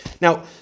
Now